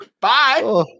Bye